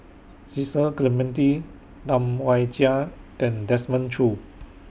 Cecil Clementi Tam Wai Jia and Desmond Choo